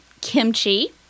kimchi